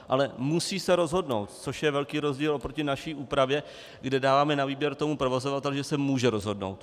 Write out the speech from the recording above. Ale musí se rozhodnout, což je velký rozdíl proti naší úpravě, kde dáváme na výběr provozovateli, že se může rozhodnout.